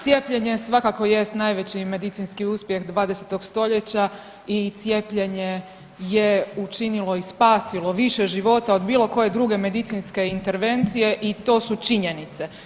Cijepljenje svakako jest najveći medicinski uspjeh 20. st. i cijepljenje je učinilo i spasilo više života od bilo koje druge medicinske intervencije i to su činjenice.